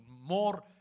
more